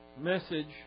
message